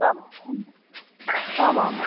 आम् आम् आम्